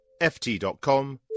ft.com